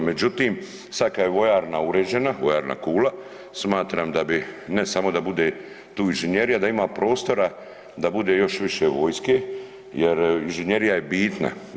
Međutim, sada kada je vojarna uređena, vojarna Kula smatram da bi ne samo da bude tu inženjerija da ima prostora da bude još više vojske jer inženjerija je bitna.